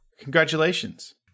Congratulations